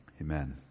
Amen